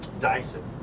dyson,